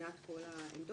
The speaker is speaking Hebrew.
בשמיעת כל העמדות,